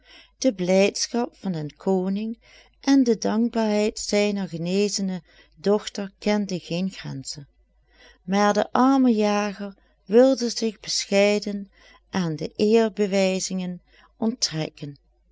de blijdschap van den koning en de dankbaarheid zijner genezene dochter kenden geen grenzen maar de arme jager wilde zich bescheiden aan de eerbewijzingen onttrekken